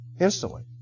instantly